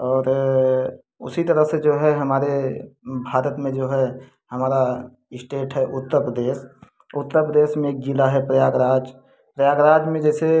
और उसी तरह से जो है हमारे भारत में जो है हमारा इस्टेट है उत्तर प्रदेश उत्तर प्रदेश में एक जिला है प्रयागराज प्रयागराज में जैसे